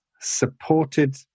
supported